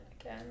again